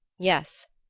yes.